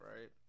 right